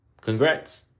Congrats